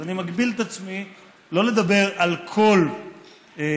אני מגביל את עצמי לא לדבר על כל החוק,